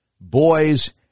boys